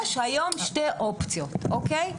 יש היום שתי אופציות אוקיי?